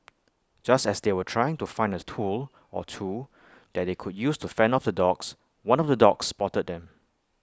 just as they were trying to find A tool or two that they could use to fend off the dogs one of the dogs spotted them